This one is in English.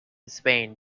spain